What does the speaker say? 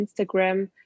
Instagram